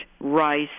rice